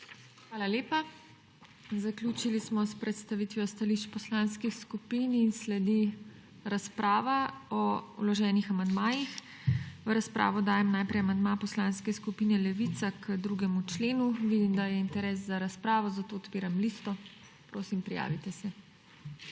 Hvala lepa. Zaključili smo s predstavitvijo stališč poslanskih skupin in sledi razprava o vloženih amandmajih. V razpravo dajem najprej amandma Poslanske skupine Levica k 2. členu. Vidim, da je interes za razpravo, zato odpiram listo. Prosim, prijavite se.